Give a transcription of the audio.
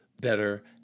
better